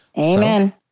Amen